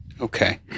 Okay